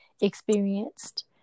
experienced